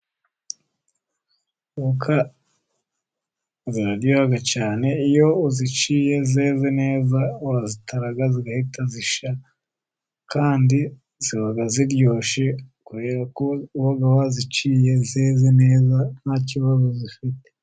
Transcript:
Voka ziraryoha cyane, iyo uziciye zeze neza urazitara zigahita zishya, kandi ziba ziryoshye kubera ko uba waziciye, zeze neza nta kibazo zifite.